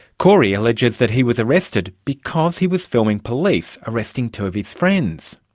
corey alleges that he was arrested because he was filming police arresting two of his friends.